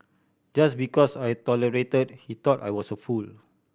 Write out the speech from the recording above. just because I tolerated he thought I was a fool